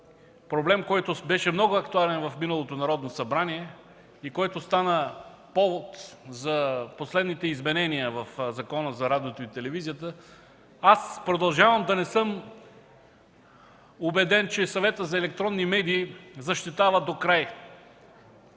проблем, който беше много актуален в миналото Народно събрание и който стана повод за последните изменения в Закона за радиото и телевизията, аз продължавам да не съм убеден, че Съветът за електронни медии защитава докрай